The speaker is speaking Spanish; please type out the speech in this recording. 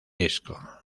disco